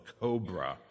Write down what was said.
cobra